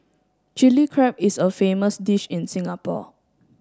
Chilli Crab is a famous dish in Singapore